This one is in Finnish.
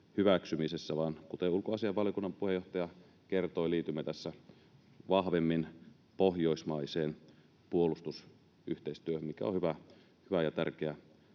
vaan kuten ulkoasiainvaliokunnan puheenjohtaja kertoi, liitymme tässä vahvemmin pohjoismaiseen puolustusyhteistyöhön, mikä on hyvä ja tärkeä